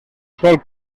sol